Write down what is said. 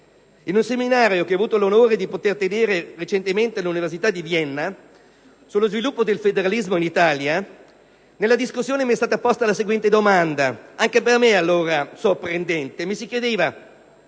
In un seminario che ho avuto l'onore di tenere all'università di Vienna sullo sviluppo del federalismo in Italia, nella discussione mi è stata posta la seguente domanda, anche per me allora sorprendente. Mi si chiedeva: